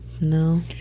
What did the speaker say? no